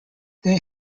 they